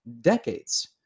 decades